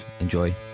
Enjoy